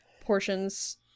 portions